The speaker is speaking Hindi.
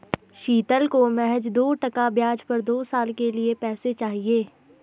शीतल को महज दो टका ब्याज पर दो साल के लिए पैसे चाहिए